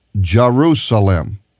Jerusalem